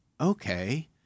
okay